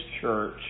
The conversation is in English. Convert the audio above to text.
church